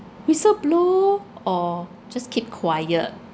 whistleblow or just keep quiet